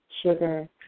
sugar